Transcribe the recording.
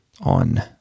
on